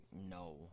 No